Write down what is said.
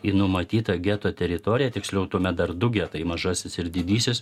į numatytą geto teritoriją tiksliau tuomet dar du getai mažasis ir didysis